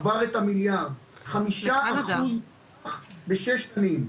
עבר את המיליארד ₪ חמישה אחוז בתוך שש שנים,